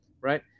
right